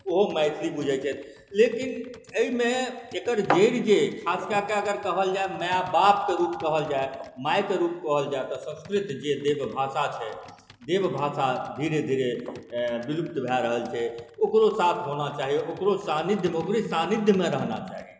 ओहो मैथिली बुझै छथि लेकिन एहिमे एकर जड़ि जे खासकऽके अगर कहल जाइ माइ बापके रूप कहल जाइ माइके रूप कहल जाइ तऽ संस्कृत जे देवभाषा छै देवभाषा धीरे धीरे विलुप्त भऽ रहल छै ओकरो साथ होना चाही ओकरो सान्निध्यमे ओकरे सानिध्यमे रहना चाही